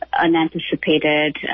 unanticipated